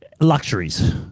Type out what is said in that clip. luxuries